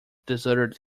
deserted